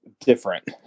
Different